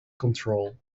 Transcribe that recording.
control